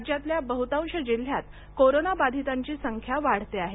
राज्यातल्या बहुतंश जिल्ह्यात कोरोनाबाधितांची संख्या वाढते आहे